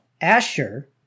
Asher